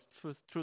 truth